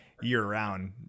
year-round